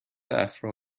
افرا